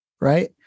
right